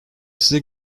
size